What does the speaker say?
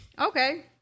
Okay